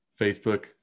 Facebook